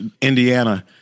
Indiana